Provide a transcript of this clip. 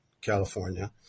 California